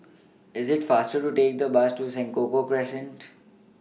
IS IT faster to Take The Bus to Senoko Crescent